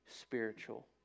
spiritual